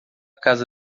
casa